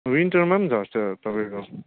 विन्टरमा पनि झर्छ तपाईँको